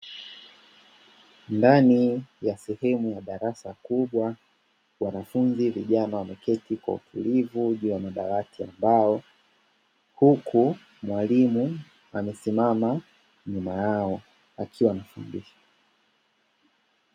Ndani ya sehemu ya darasa kubwa, wanafunzi vijana wameketi kwa utulivu juu ya madawati ya mbao. Huku mwalimu amesimama nyuma yao akiwa anafundisha.